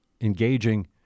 engaging